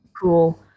Cool